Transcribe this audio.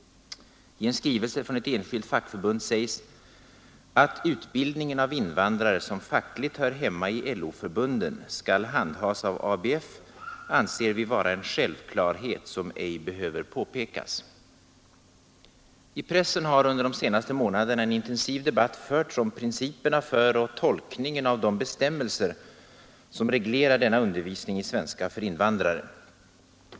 I en skrivelse från ett enskilt fackförbund sägs: ”Att utbildningen av invandrare, som fackligt hör hemma i LO-förbunden, skall handhas av ABF anser vi vara en självklarhet som ej behöver påpekas.” I pressen har under de senaste månaderna en intensiv debatt förts om principerna för och tolkningen av de bestämmelser som reglerar denna undervisning i svenska för invandrare.